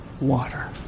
water